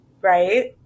Right